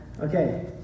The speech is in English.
Okay